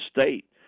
State